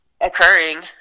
occurring